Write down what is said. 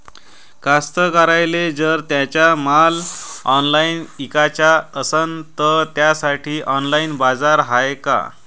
कास्तकाराइले जर त्यांचा माल ऑनलाइन इकाचा असन तर त्यासाठी ऑनलाइन बाजार हाय का?